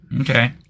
Okay